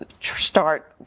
start